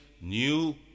new